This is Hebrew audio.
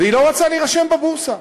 והיא לא רוצה להירשם בבורסה.